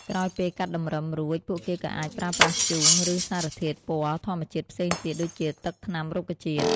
ក្រោយពេលកាត់តម្រឹមរួច ពួកគេក៏អាចប្រើប្រាស់ធ្យូង ឬសារធាតុពណ៌ធម្មជាតិផ្សេងទៀត (ដូចជាទឹកថ្នាំរុក្ខជាតិ)។